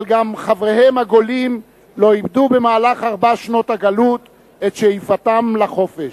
אבל גם חבריהם הגולים לא איבדו במהלך ארבע שנות הגלות את שאיפתם לחופש.